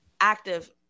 active